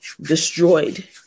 destroyed